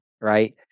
right